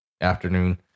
afternoon